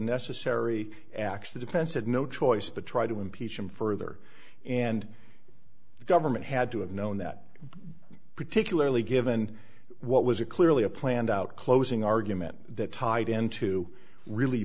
defense had no choice but to try to impeach him further and government had to have known that particularly given what was a clearly a planned out closing argument that tied into really